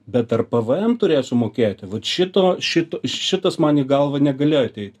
bet ar pe ve em turėsiu mokėti vat šito šito šitas man į galvą negalėjo ateiti